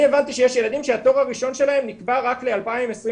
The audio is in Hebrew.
אני הבנתי שיש ילדים שהתור הראשון שלהם נקבע רק ל-2022,